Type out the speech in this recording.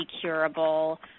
curable